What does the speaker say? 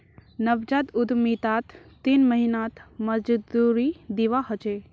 नवजात उद्यमितात तीन महीनात मजदूरी दीवा ह छे